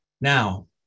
Now